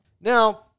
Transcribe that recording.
Now